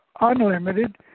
unlimited